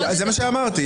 זה מה שאמרתי.